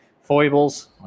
foibles